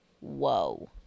Whoa